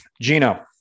Gino